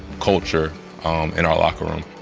culture in our locker room,